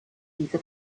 diese